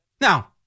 Now